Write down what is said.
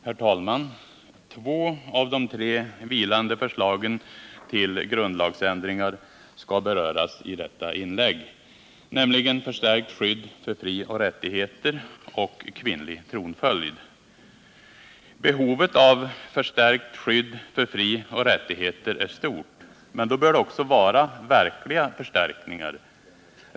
Herr talman! Två av de tre vilande förslagen till grundlagsändringar skall beröras i detta inlägg, nämligen förslaget om förstärkt skydd för frioch rättigheter och förslaget om kvinnlig tronföljd. Behovet av förstärkt skydd för frioch rättigheter är stort. Men det bör handla om verkliga förstärkningar.